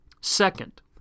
Second